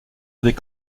auprès